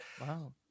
wow